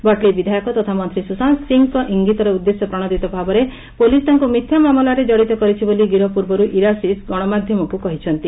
ଭଟଲି ବିଧାୟକ ତଥା ମନ୍ତୀ ସୁଶାନ୍ତ ସିଂଙ୍କ ଇଙ୍ଗିତରେ ଉଦ୍ଦେଶ୍ୟ ପ୍ରଶୋଦିତ ଭାବରେ ପୋଲିସ ତାଙ୍କୁ ମିଥ୍ୟା ମାମଲାରେ କଡ଼ିତ କରିଛି ବୋଲି ଗିରଫ ପୂର୍ବରୁ ଇରାଶିଷ ଗଣମାଧ୍ଧମକୁ କହିଛନ୍ତି